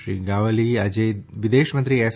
શ્રી ગ્વાવલી આજે વિદેશમંત્રી એસ